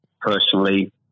personally